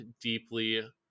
deeply